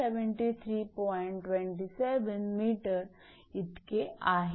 27 𝑚 इतके आहे